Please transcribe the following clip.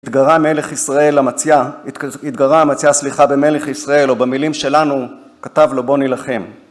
התגרה מלך ישראל אמציאה התגרה אמציאה, סליחה, במלך ישראל, או במילים שלנו, כתב לו בוא נלחם.